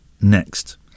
Next